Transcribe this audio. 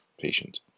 patient